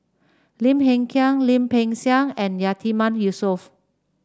Lim Hng Kiang Lim Peng Siang and Yatiman Yusof